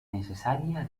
necesaria